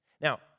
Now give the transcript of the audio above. Now